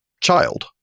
child